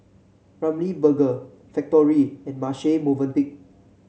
Ramly Burger Factorie and Marche Movenpick